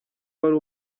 wari